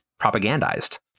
propagandized